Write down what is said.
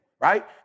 right